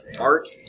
art